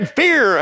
fear